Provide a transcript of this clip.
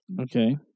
Okay